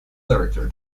director